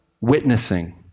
witnessing